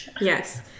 Yes